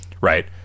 right